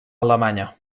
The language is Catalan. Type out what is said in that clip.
alemanya